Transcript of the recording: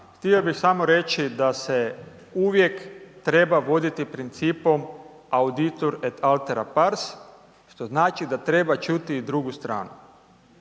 Htio bih samo reći da se uvijek treba voditi principom audiatur el atera pars, što znači da treba čuti i drugu stranu.